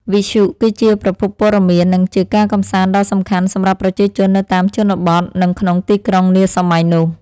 វិទ្យុគឺជាប្រភពព័ត៌មាន និងជាការកម្សាន្តដ៏សំខាន់សម្រាប់ប្រជាជននៅតាមជនបទនិងក្នុងទីក្រុងនាសម័យនោះ។